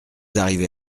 arrivé